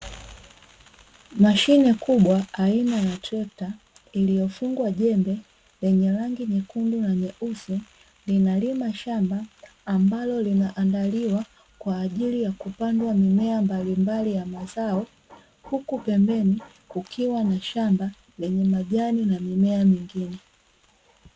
Mashine kubwa aina ya trekta, iliyofungwa jembe yenye rangi nyekundu na nyeusi, linalima shamba ambalo linaandaliwa kwa ajili ya kupandwa mimea mbalimbali ya mazao, huku pembeni kukiwa na shamba lenye majani na mimea mingine.